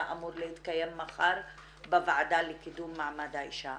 אמור להתקיים מחר בוועדה לקידום מעמד האישה.